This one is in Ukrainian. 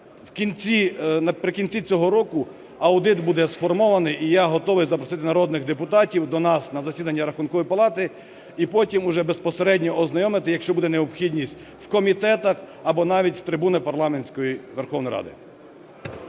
Наприкінці цього року аудит буде сформований, і я готовий запросити народних депутатів до нас на засідання Рахункової палати і потім вже безпосередньо ознайомити, якщо буде необхідність, в комітетах або навіть з парламентської трибуни Верховної Ради.